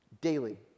Daily